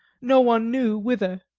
no one knew whither.